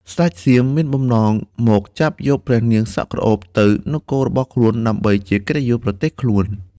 ស្ដេចសៀមមានបំណងមកចាប់យកព្រះនាងសក់ក្រអូបទៅនគររបស់ខ្លួន ដើម្បីជាកិត្តិយសប្រទេសខ្លួន។